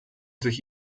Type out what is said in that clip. sich